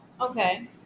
Okay